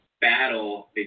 battle